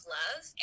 love